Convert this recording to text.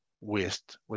waste